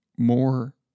more